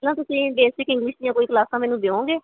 ਜਾਂ ਤੁਸੀਂ basic English ਦੀਆਂ ਕੋਈ ਕਲਾਸਾਂ ਮੈਨੂੰ ਦਿਓਗੇ